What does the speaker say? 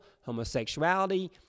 homosexuality